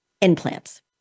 implants